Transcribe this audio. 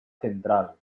central